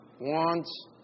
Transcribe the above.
wants